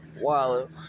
wallet